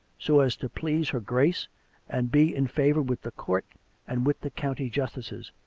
so as to please her grace and be. in favour with the court and with the county justices.